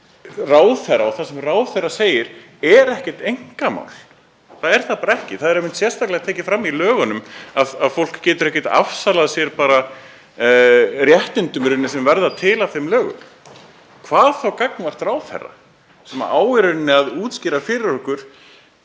það sem ráðherra segir er ekkert einkamál, það er það bara ekki. Það er einmitt sérstaklega tekið fram í lögunum að fólk getur ekki afsalað sér réttindum sem verða til af þeim lögum, hvað þá gagnvart ráðherra sem á að útskýra fyrir okkur